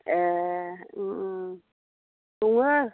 एह उम उम दङो